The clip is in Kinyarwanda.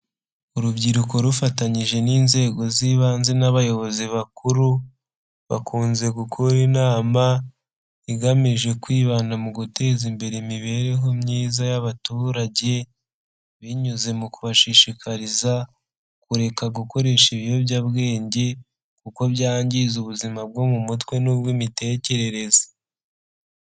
Urubyiruko rufatanyije n'inzego z'ibanze n'abayobozi bakuru, bakunze gukora inama igamije kwibanda mu guteza imbere imibereho myiza y'abaturage, binyuze mu kubashishikariza kureka gukoresha ibiyobyabwenge, kuko byangiza ubuzima bwo mu mutwe n'ubw'imitekerereze.